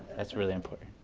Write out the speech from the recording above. that's really important.